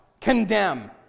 condemn